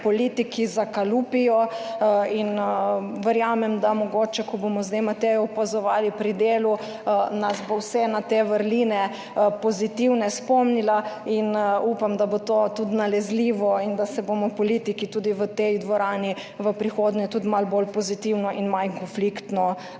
politiki zakalupijo in verjamem, da mogoče, ko bomo zdaj Matejo opazovali pri delu, nas bo vse na te vrline pozitivne spomnila in upam, da bo to tudi nalezljivo in da se bomo politiki tudi v tej dvorani v prihodnje tudi malo bolj pozitivno in manj konfliktno